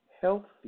healthy